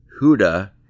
Huda